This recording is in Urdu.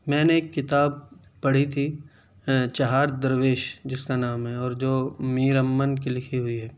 میں نے ایک کتاب پڑھی تھی چہار درویش جس کا نام ہے اور جو میر امن کی لکھی ہوئی ہے